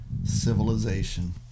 civilization